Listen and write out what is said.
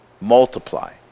multiply